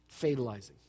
fatalizing